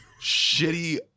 shitty